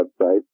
website